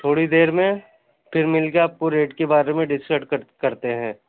تھوڑی دیر میں پھر مل کے آپ کو ریٹ کے بارے میں ڈسکس کر کرتے ہیں